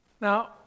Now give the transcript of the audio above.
Now